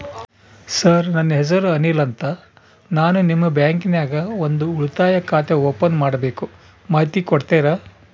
Sir ನನ್ನ ಹೆಸರು ಅನಿಲ್ ಅಂತ ನಾನು ನಿಮ್ಮ ಬ್ಯಾಂಕಿನ್ಯಾಗ ಒಂದು ಉಳಿತಾಯ ಖಾತೆ ಓಪನ್ ಮಾಡಬೇಕು ಮಾಹಿತಿ ಕೊಡ್ತೇರಾ?